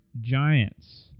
Giants